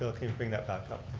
ah bring that back up.